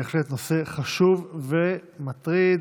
בהחלט נושא חשוב ומטריד.